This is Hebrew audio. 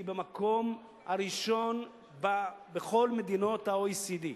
היא במקום הראשון בכל מדינות ה-OECD.